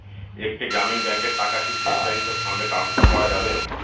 একটি গ্রামীণ ব্যাংকের টাকা কি স্টেট ব্যাংকে ফান্ড ট্রান্সফার করা যাবে?